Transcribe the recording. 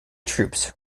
troops